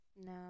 No